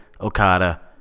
Okada